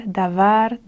davar